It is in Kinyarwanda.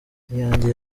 iyanjye